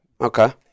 Okay